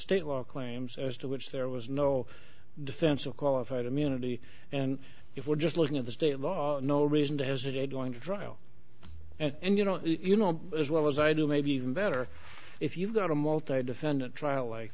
state law claims as to which there was no defense of qualified immunity and if we're just looking at the state law no reason to hesitate going to trial and you know you know as well as i do maybe even better if you've got a multi defendant trial like